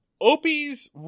Opie's